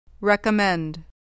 Recommend